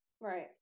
right